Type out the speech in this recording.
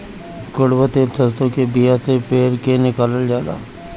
कड़ुआ तेल सरसों के बिया से पेर के निकालल जाला